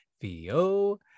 vo